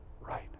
right